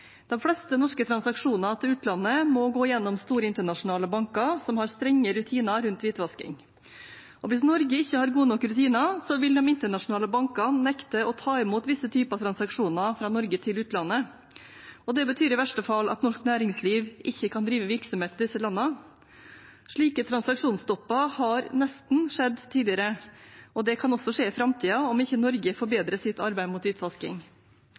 De fleste norske transaksjoner til utlandet må gå gjennom store internasjonale banker som har strenge rutiner rundt hvitvasking. Hvis Norge ikke har gode nok rutiner, vil de internasjonale bankene nekte å ta imot visse typer transaksjoner fra Norge til utlandet, og det betyr i verste fall at norsk næringsliv ikke kan drive virksomhet i disse landene. Slike transaksjonsstopper har nesten skjedd tidligere, og det kan også skje i framtiden om ikke Norge forbedrer sitt arbeid mot